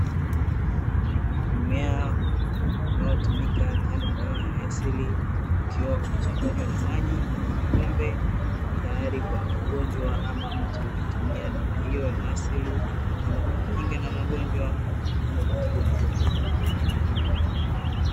Mmea unaotumika kama dawa ya asili ukiwa umechanganywa na maji kwenye kikombe, tayari kwa mgonjwa wa ama mtu kutumia dawa hiyo ya asili kama kujikinga na magonjwa ama kutibu magonjwa mbalimbali.